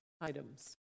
items